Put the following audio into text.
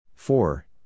Four